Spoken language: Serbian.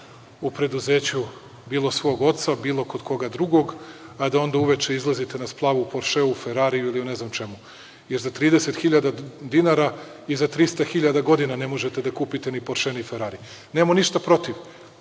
u preduzeću bilo svog oca, bilo kod koga drugog, a da onda uveče izlazite na splavu u Poršeu, Ferariju, ili u ne znam čemu, jer za 30 hiljada dinara i za 300 hiljada godina ne možete da kupite ni Porše ni Ferari. Nemamo ništa protiv